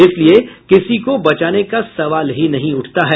इसलिए किसी को बचाने का सवाल ही नहीं उठता है